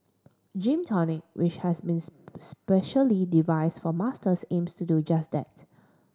Gym Tonic which has been specially devised for Masters aims to do just that